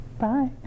Bye